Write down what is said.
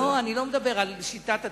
לא, אני לא מדבר על שיטת התקצוב.